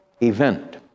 event